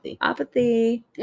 Apathy